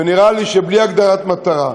ונראה לי שבלי הגדרת מטרה,